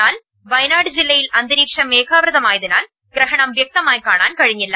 എന്നാൽ വയനാട് ജില്ലയിൽ അന്തരീക്ഷം മേഘാവൃതമായതിനാൽ ഗ്രഹണം വൃക്തമായി കാണാൻ കഴിഞ്ഞില്ല